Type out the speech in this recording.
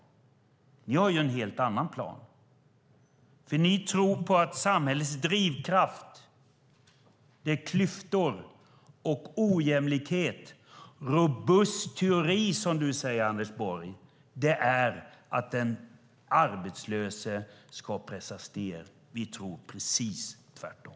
Ni har en helt annan plan. Ni tror nämligen att samhällets drivkraft är klyftor och ojämlikhet. Robust teori, som du säger, Anders Borg, är att den arbetslöse ska pressas ned. Vi tror precis tvärtom.